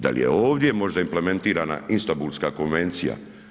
Dal je ovdje možda implementirana Istambulska konvencija?